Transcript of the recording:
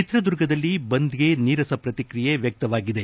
ಚಿತ್ರದುರ್ಗದಲ್ಲಿ ಬಂದ್ಗೆ ನೀರಸ ಪ್ರಕ್ತಿಯೆ ವ್ರಕ್ತವಾಗಿದೆ